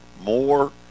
more